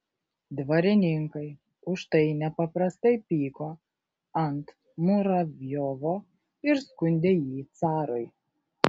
dvarininkai už tai nepaprastai pyko ant muravjovo ir skundė jį carui